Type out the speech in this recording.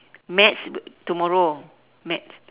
maths tomorrow maths